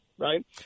right